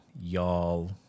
y'all